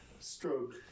stroke